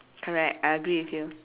correct I agree with you